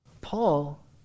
Paul